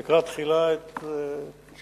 אני אקרא, תחילה, את תשובתו